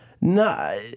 No